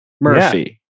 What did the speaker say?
Murphy